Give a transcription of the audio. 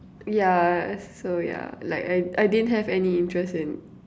ya so yeah like I I didn't have any interest in